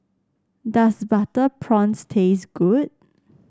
does Butter Prawns taste good